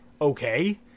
okay